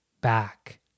back